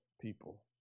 people